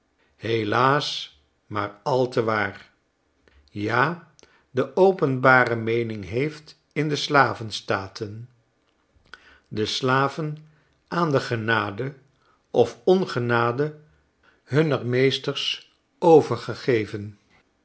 helaas maar al te waar ja de openbare meening heeft in de slaven staten de slaven aan de genade of ongenade hunner meesters overgegeven